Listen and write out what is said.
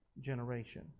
generation